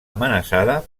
amenaçada